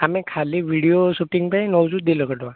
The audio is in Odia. ଆମେ ଖାଲି ଭିଡ଼ିଓ ଶୂଟିଂ ପାଇଁ ନେଉଛୁ ଦୁଇ ଲକ୍ଷ ଟଙ୍କା